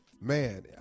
man